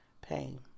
pain